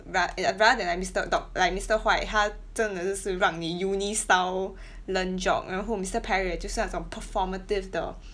ra~ and rather than like mister Doc like mister White 他真的就是让你 uni style learn Geog 然后 mister Perry 也就是那种 performative 的